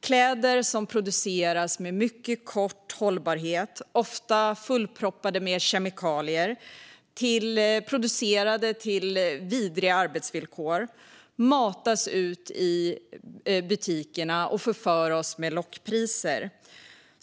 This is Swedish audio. Kläder som produceras med mycket kort hållbarhet, ofta fullproppade med kemikalier och ofta tillverkade under vidriga arbetsvillkor, matas ut till butikerna och förför oss med lockpriser.